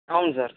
అవును సార్